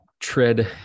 tread